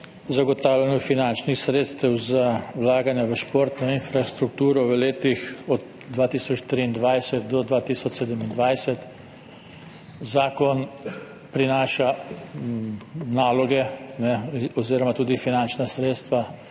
zagotavljanju finančnih sredstev za vlaganja v športno infrastrukturo v letih 2023–2027. Zakon prinaša naloge oziroma tudi finančna sredstva,